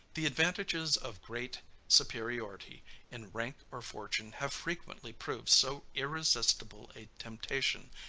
the advantages of great superiority in rank or fortune have frequently proved so irresistible a temptation,